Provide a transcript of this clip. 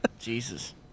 Jesus